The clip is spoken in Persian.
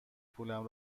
پولم